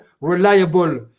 reliable